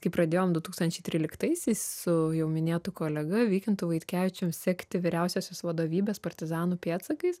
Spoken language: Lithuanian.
kai pradėjom du tūkstančiai tryliktaisiais su jau minėtu kolega vykintu vaitkevičium sekti vyriausiosios vadovybės partizanų pėdsakais